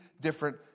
different